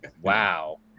wow